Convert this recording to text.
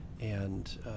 and-